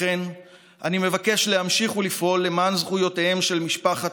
לכן אני מבקש להמשיך לפעול למען זכויותיהם של משפחת